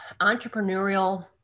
entrepreneurial